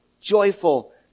joyful